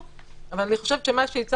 של לשכת רואי החשבון אבל אני חושבת שמה שהצענו,